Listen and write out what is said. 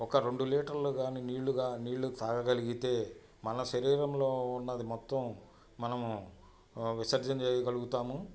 ఒక రెండు లీటర్లు గానీ నీళ్ళుగా నీళ్ళు తాగగలితే మన శరీరంలో ఉన్నది మొత్తం మనము విసర్జన చేయగలుగుతాము